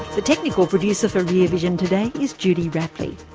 the technical producer for rear vision today is judy rapley.